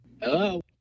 Hello